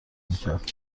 میکرد